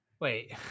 Wait